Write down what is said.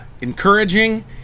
encouraging